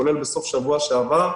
כולל בסוף השבוע שעבר,